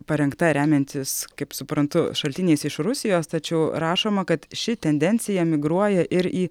parengta remiantis kaip suprantu šaltiniais iš rusijos tačiau rašoma kad ši tendencija migruoja ir į